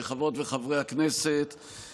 חברות וחברי הכנסת,